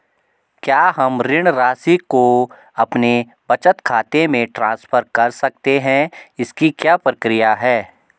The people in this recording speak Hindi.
क्या हम ऋण राशि को अपने बचत खाते में ट्रांसफर कर सकते हैं इसकी क्या प्रक्रिया है?